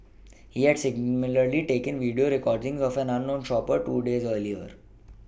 he had similarly taken video recordings of an unknown shopper two days earlier